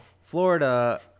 Florida